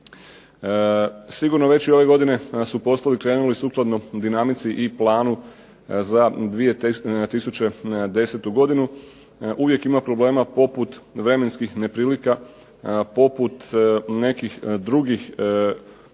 Sigurno već i ove godine da su poslovi krenuli sukladno dinamici i planu za 2010. godinu. Uvijek ima problema poput vremenskih neprilika, poput nekih drugih